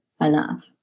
enough